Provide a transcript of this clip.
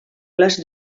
les